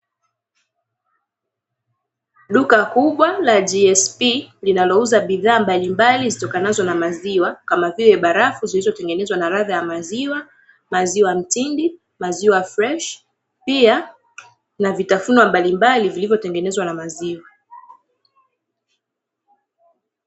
Duka kubwa la "GSP" linalouza bidhaa mbalimbali zitokanazo na maziwa, kama vile barafu zilizotengenezwa na radha ya maziwa, maziwa mtindi, maziwa freshi, pia na vitafunwa mbalimbali vilivyotengenezwa na maziwa.